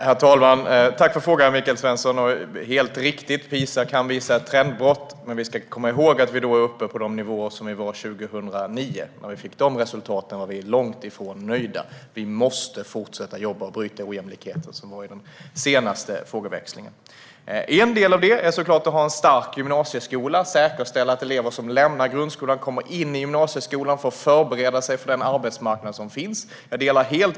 Herr talman! Tack för frågan, Michael Svensson! Det är helt riktigt att PISA kan visa på ett trendbrott. Men vi ska komma ihåg att vi är uppe på de nivåer som vi hade 2009. När vi fick resultatet den gången var vi långt ifrån nöjda. Vi måste fortsätta att jobba och bryta den ojämlikhet som även togs upp i föregående fråga. En del i detta är att ha en stark gymnasieskola och att säkerställa att elever som lämnar grundskolan kommer in i gymnasieskolan och kan förbereda sig för den arbetsmarknad som finns.